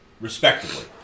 respectively